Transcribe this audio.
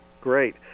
Great